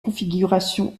configurations